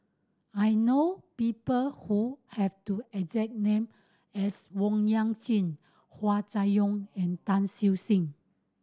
I know people who have to exact name as Owyang Chi Hua Chai Yong and Tan Siew Sin